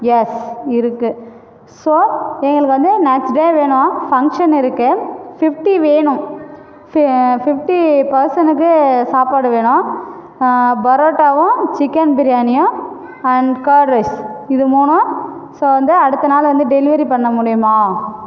S இருக்குது so எங்களுக்கு வந்து நெக்ஸ்ட் டே வேணும் ஃபங்க்ஷன் இருக்குது ஃபிஃப்டி வேணும் ஃபி ஃபிஃப்டி பர்சனுக்கு சாப்பாடு வேணும் பரோட்டாவும் சிக்கன் பிரியாணியும் அண்ட் கர்ட் ரைஸ் இது மூன்றும் ஸோ வந்து அடுத்த நாள் வந்து டெலிவரி பண்ண முடியுமா